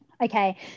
okay